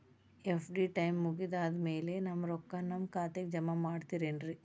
FD time ಮುಗಿದಾದ್ ಮ್ಯಾಲೆ ನಮ್ ರೊಕ್ಕಾನ ನಮ್ ಖಾತೆಗೆ ಜಮಾ ಮಾಡ್ತೇರೆನ್ರಿ?